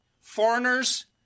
Foreigners